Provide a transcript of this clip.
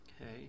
Okay